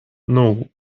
nul